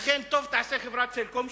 ולכן טוב תעשה חברת "סלקום",